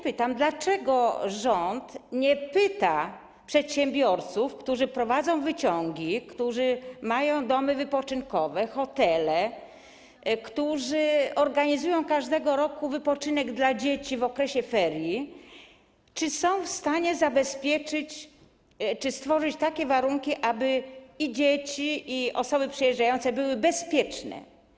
Pytam, dlaczego rząd nie pyta przedsiębiorców, którzy prowadzą wyciągi, którzy mają domy wypoczynkowe, hotele, którzy organizują każdego roku wypoczynek dla dzieci w okresie ferii, czy są w stanie zabezpieczyć czy stworzyć takie warunki, aby i dzieci, i osoby przyjeżdżające były bezpieczne.